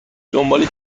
دنبال